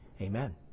Amen